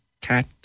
cat